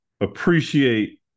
appreciate